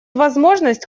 возможность